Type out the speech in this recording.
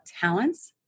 talents